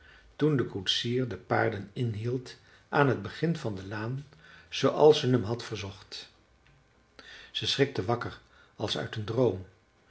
toen de koetsier de paarden inhield aan t begin van de laan zooals ze hem had verzocht ze schrikte wakker als uit een droom